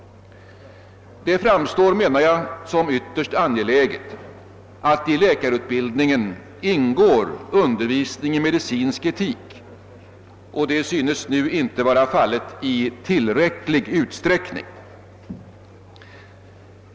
Det framstår, menar jag, som ytterst angeläget att i läkarutbildningen ingår undervisning i medicinsk etik, och det synes nu inte vara fallet i tillräcklig utsträckning.